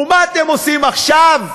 ומה אתם עושים עכשיו,